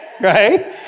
Right